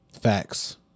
Facts